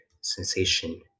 sensation